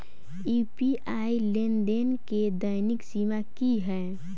UPI लेनदेन केँ दैनिक सीमा की है?